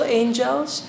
angels